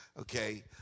Okay